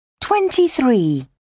Twenty-three